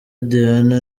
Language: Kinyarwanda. diana